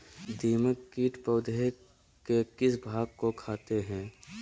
दीमक किट पौधे के किस भाग को खाते हैं?